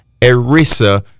ERISA